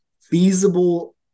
feasible